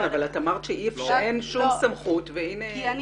אבל את אמרת שאין שום סמכות והנה --- כי אני